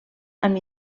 amb